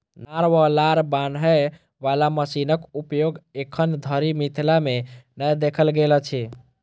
नार वा लार बान्हय बाला मशीनक उपयोग एखन धरि मिथिला मे नै देखल गेल अछि